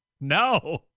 no